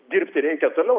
dirbti reikia toliau